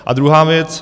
A druhá věc.